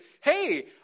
hey